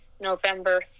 November